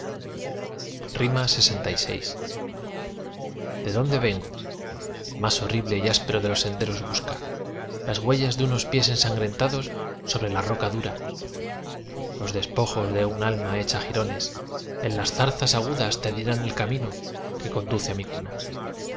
lxvi de dónde vengo el más horrible y áspero de los senderos busca las huellas de unos pies ensangrentados sobre la roca dura los despojos de un alma hecha jirones en las zarzas agudas te dirán el camino que conduce á mi cuna